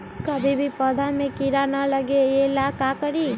कभी भी पौधा में कीरा न लगे ये ला का करी?